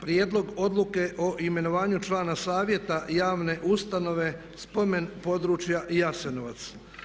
Prijedlog Odluke o imenovanju člana Savjeta javne ustanove spomen područja Jasenovac.